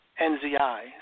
N-Z-I